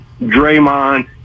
Draymond